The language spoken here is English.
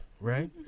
right